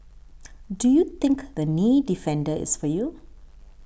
do you think the Knee Defender is for you